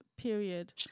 period